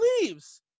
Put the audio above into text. leaves